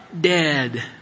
dead